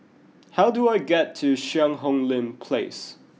how do I get to Cheang Hong Lim Place